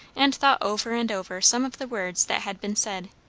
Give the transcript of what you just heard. and thought over and over some of the words that had been said.